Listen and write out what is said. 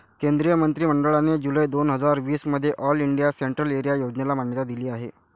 केंद्रीय मंत्रि मंडळाने जुलै दोन हजार वीस मध्ये ऑल इंडिया सेंट्रल एरिया योजनेला मान्यता दिली आहे